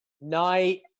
night